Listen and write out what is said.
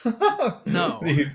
No